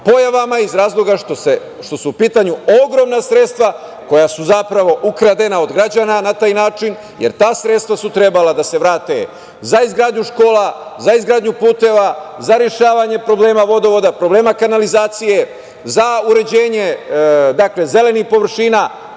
pojavama, iz razloga što su u pitanju ogromna sredstva koja su zapravo ukradena od građana, na taj način, jer ta sredstva su trebala da se vrate za izgradnju škola, za izgradnju puteva, za rešavanje problema vodovoda, problema kanalizacije, za uređenje zelenih površina,